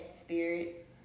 spirit